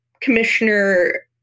commissioner